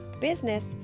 business